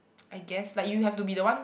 I guess like you have to be the one